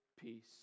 peace